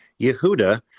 Yehuda